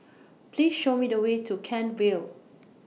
Please Show Me The Way to Kent Vale